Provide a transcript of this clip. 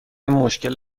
مشکل